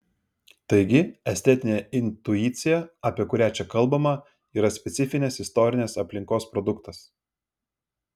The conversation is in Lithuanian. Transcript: taigi estetinė intuicija apie kurią čia kalbama yra specifinės istorinės aplinkos produktas